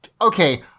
okay